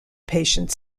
patient